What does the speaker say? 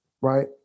right